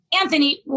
Anthony